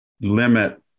limit